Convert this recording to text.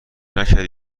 نکردی